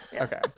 okay